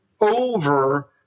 over